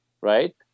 right